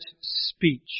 speech